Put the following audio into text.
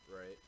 Right